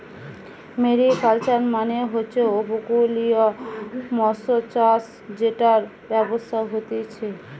mariculture মানে হচ্ছে উপকূলীয় মৎস্যচাষ জেটার ব্যবসা হতিছে